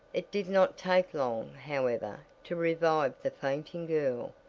it did not take long, however, to revive the fainting girl,